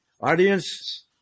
Audience